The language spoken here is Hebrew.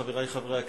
חברי חברי הכנסת,